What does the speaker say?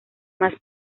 más